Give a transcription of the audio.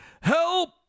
help